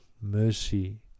mercy